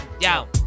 yo